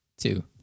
Two